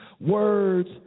words